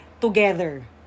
together